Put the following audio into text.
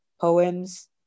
poems